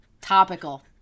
Topical